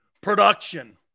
Production